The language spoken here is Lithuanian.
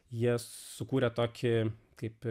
jie sukūrė tokį kaip